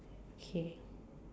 okay